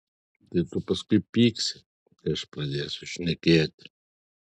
tai tu paskui pyksi kai aš pradėsiu šnekėti